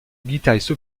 guitariste